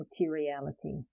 materiality